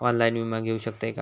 Online विमा घेऊ शकतय का?